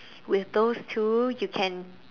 with those two you can